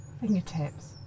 fingertips